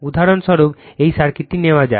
উদাহরণস্বরূপ এই সার্কিটটি নেওয়া যাক